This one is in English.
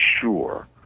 sure